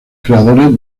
creadores